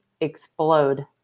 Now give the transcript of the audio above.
explode